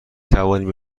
توانیم